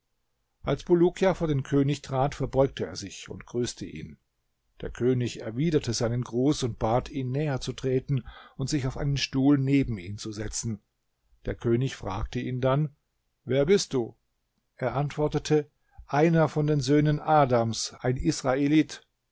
als bulukia vor den könig trat verbeugte er sich und grüßte ihn der könig erwiderte seinen gruß und bat ihn näher zu treten und sich auf einen stuhl neben ihn zu setzen der könig fragte ihn dann wer bist du er antwortete einer von den söhnen adams ein israelit